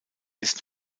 ist